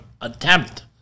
attempt